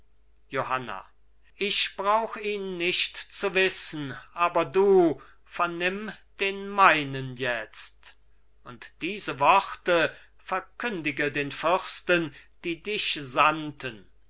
johanna ich brauch ihn nicht zu wissen aber du vernimm den meinen jetzt und diese worte verkündige den fürsten die dich sandten